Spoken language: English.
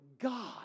God